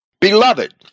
Beloved